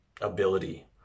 ability